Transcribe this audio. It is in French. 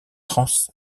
trans